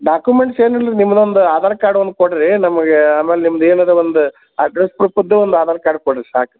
documents ಏನು ಇಲ್ರಿ ನಿಮ್ದೊಂದು ಆಧಾರ್ ಕಾರ್ಡ್ ಒಂದು ಕೊಡ್ರಿ ನಮಗೆ ಆಮೇಲೆ ನಿಮ್ದೇನು ಇದೆ ಒಂದು ಅಡ್ರೆಸ್ಸ್ ಪ್ರೂಫ್ದ್ದು ಒಂದು ಆಧಾರ್ ಕಾರ್ಡ್ ಕೊಡ್ರಿ ಸಾಕು